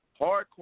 Hardcore